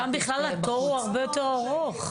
שם בכלל התור הוא הרבה יותר ארוך.